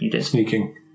sneaking